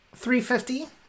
350